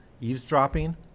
eavesdropping